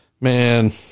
man